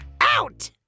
out